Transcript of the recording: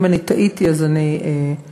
אם טעיתי, אז אני מתנצלת.